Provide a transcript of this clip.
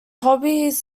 hobbies